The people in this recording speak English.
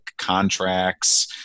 contracts